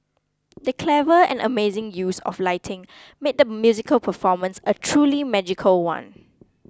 the clever and amazing use of lighting made the musical performance a truly magical one